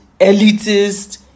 elitist